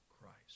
Christ